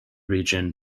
region